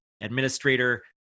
administrator